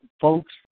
folks